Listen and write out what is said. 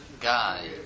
guy